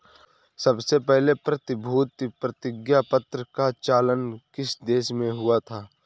सबसे पहले प्रतिभूति प्रतिज्ञापत्र का चलन किस देश में हुआ था?